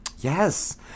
Yes